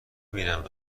بینم